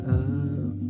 up